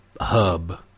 hub